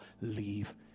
leave